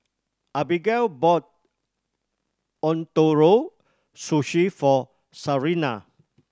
Abagail bought Ootoro Sushi for Sarina